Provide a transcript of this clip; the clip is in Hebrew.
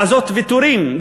לעשות ויתורים,